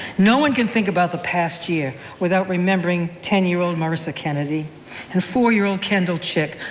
no one can think about the past year without remembering ten year old marissa kennedy and four year old kendall chick,